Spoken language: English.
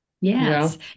Yes